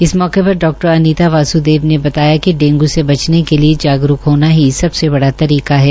इस मौके पर डा अनित वास्देव ने बताया कि डेंगू से बचने के लिये ागरूक होना ही सबसे कड़ा तरीका है